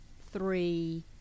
three